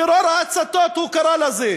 טרור ההצתות הוא קרא לזה.